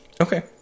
Okay